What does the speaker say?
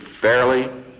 fairly